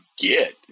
get